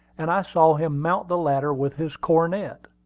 and i saw him mount the ladder with his cornet.